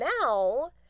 now